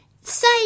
say